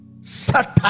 Satan